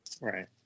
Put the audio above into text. Right